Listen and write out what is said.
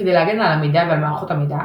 כדי להגן על המידע ועל מערכות המידע,